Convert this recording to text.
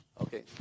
Okay